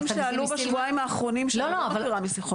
יש דברים שעלו בשבועיים האחרונים שאני לא מכירה משיחות.